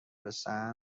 رسند